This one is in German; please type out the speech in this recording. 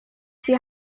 sie